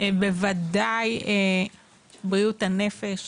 בוודאי בריאות הנפש,